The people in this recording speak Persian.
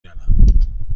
دارم